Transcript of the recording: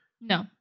No